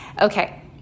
okay